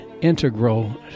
integral